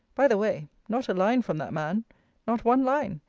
by the way, not a line from that man not one line!